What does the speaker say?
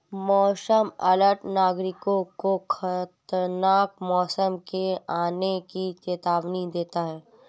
मौसम अलर्ट नागरिकों को खतरनाक मौसम के आने की चेतावनी देना है